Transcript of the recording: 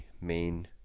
main